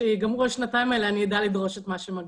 כשייגמרו השנתיים האלה אני אדע לדרוש את מה שמגיע.